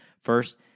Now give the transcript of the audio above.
First